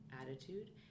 attitude